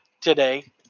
today